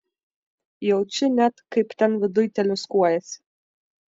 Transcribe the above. jaučiu net kaip ten viduj teliūskuojasi